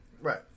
Right